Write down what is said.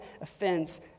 offense